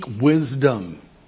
wisdom